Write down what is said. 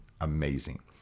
amazing